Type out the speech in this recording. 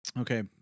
Okay